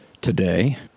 today